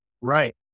Right